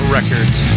Records